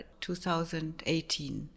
2018